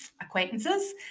acquaintances